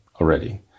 already